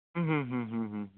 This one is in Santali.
ᱦᱩᱸ ᱦᱩᱸ ᱦᱩᱸ ᱦᱩᱸ ᱦᱩᱸ